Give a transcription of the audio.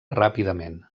ràpidament